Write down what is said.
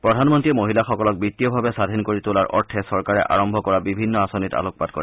প্ৰধানমন্ত্ৰীয়ে লগতে মহিলাসকলক বিত্তীয়ভাৱে স্বধীন কৰি তোলাৰ অৰ্থে চৰকাৰে আৰম্ভ কৰা বিভিন্ন আঁচনিত আলোকপাত কৰে